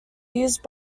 used